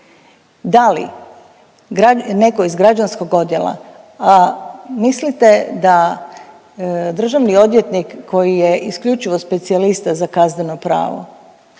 Da li netko iz građanskog odjela mislite da državni odvjetnik koji je isključivo specijalista za kazneno pravo